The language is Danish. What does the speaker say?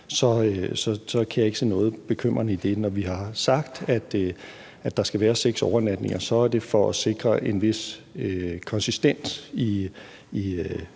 så kan jeg ikke se noget bekymrende i det. Når vi har sagt, at der skal være seks overnatninger, er det for at sikre en vis konsistens i,